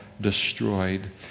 destroyed